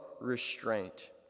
restraint